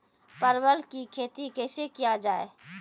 परवल की खेती कैसे किया जाय?